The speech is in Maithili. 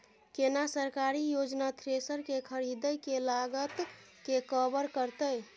केना सरकारी योजना थ्रेसर के खरीदय के लागत के कवर करतय?